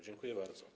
Dziękuję bardzo.